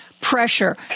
pressure